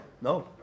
no